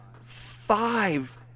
five